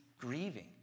grieving